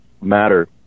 matter